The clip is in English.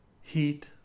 heat